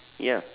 ya